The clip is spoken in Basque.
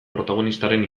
protagonistaren